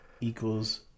equals